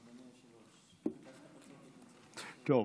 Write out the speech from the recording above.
אדוני היושב-ראש, טוב.